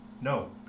No